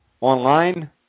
online